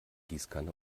gießkanne